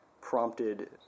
prompted